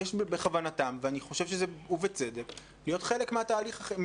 יש בכוונתם ואני חושב שבצדק להיות חלק מהמשך